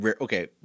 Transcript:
Okay